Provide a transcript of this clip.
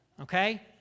okay